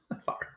Sorry